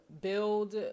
build